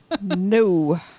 No